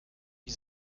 wie